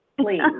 please